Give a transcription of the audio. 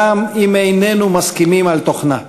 גם אם איננו מסכימים על תוכנה.